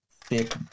thick